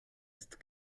ist